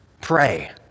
pray